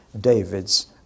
David's